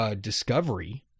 discovery